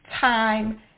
time